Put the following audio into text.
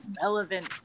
relevant